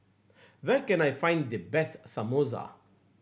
where can I find the best Samosa